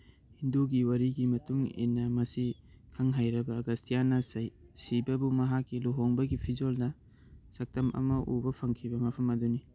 ꯍꯤꯟꯗꯨꯒꯤ ꯋꯥꯔꯤꯒꯤ ꯃꯇꯨꯡꯏꯟꯅ ꯃꯁꯤ ꯈꯪ ꯍꯩꯔꯕ ꯑꯒꯁꯇꯤꯌꯥꯟꯅ ꯁꯤꯕꯕꯨ ꯃꯍꯥꯛꯀꯤ ꯂꯨꯍꯣꯡꯕꯒꯤ ꯐꯤꯖꯣꯜꯅ ꯁꯛꯇꯝ ꯑꯃ ꯎꯕ ꯐꯪꯈꯤꯕ ꯃꯐꯝ ꯑꯗꯨꯅꯤ